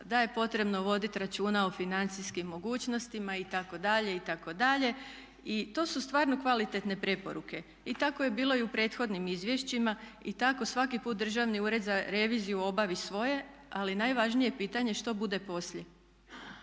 da je potrebno voditi računa o financijskim mogućnostima itd. itd. I to su stvarno kvalitetne preporuke i tako je bilo i u prethodnim izvješćima i tako svaki put Državni ured za reviziju obavi svoje, ali najvažnije je pitanje što bude poslije.